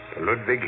Ludwig